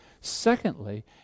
Secondly